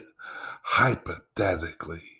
Hypothetically